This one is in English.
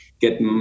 get